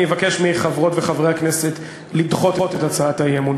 אני מבקש מחברות וחברי הכנסת לדחות את הצעת האי-אמון.